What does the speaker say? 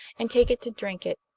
and take it to drink it.